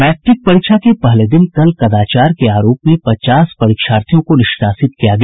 matric परीक्षा के पहले दिन कल कदाचार के आरोप में पचास परीक्षार्थियों को निष्कासित किया गया